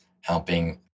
helping